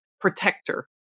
protector